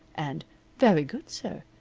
and very good, sir,